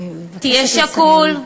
תהיה שקול,